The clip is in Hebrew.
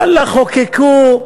ואללה, חוקקו,